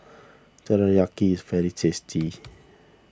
Teriyaki is very tasty